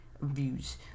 views